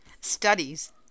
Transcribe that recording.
Studies